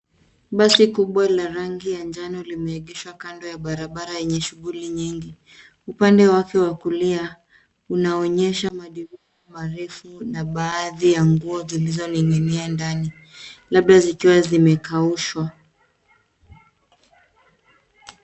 Basi kubwa la rangi ya njano limeegeshwa kando ya barabara yenye shughuli nyingi. Upande wake wa kulia unaonyesha madirisha marefu na baadhi za nguo zikining'inia ndani labda zikiwa zimekaushwa